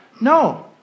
no